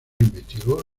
investigó